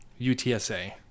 UTSA